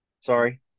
Sorry